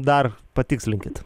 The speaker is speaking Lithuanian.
dar patikslinkit